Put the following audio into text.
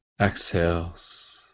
exhales